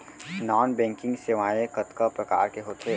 non banking सेवाएं कतका प्रकार के होथे